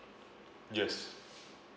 yes